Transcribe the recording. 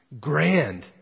grand